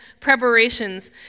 preparations